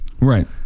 Right